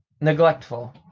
neglectful